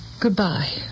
Goodbye